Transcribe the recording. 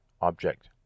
object